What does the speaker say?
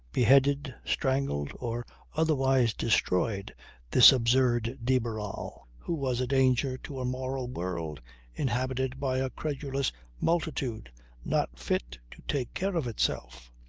beheaded, strangled, or otherwise destroyed this absurd de barral, who was a danger to a moral world inhabited by a credulous multitude not fit to take care of itself.